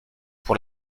pour